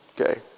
Okay